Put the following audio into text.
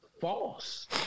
false